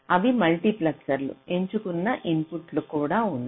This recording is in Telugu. ఇవి మల్టీప్లెక్సర్లు ఎంచుకున్న ఇన్పుట్ కూడా ఉంది